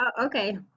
okay